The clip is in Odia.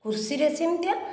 କୃଷିରେ ସେମିତି